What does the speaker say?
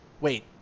Wait